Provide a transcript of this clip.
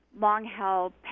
long-held